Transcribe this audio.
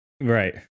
Right